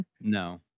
No